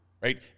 right